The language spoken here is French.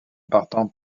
partant